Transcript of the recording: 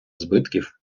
збитків